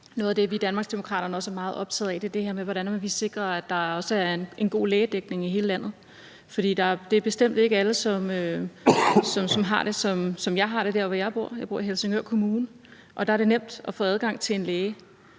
Noget af det, vi i Danmarksdemokraterne også er meget optagede af, er det her med, hvordan vi sikrer, at der er en god lægedækning i hele landet. For det er bestemt ikke alle, som har det, som jeg har det der, hvor jeg bor. Jeg bor i Helsingør Kommune, og der er det nemt at få adgang til en læge.